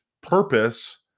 purpose